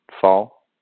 fall